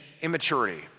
immaturity